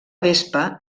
vespa